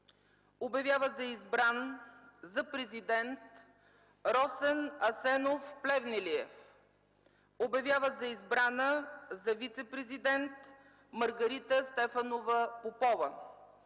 Обявява за избран за президент Росен Асенов Плевнелиев. 2. Обявява за избрана за вицепрезидент Маргарита Стефанова Попова.”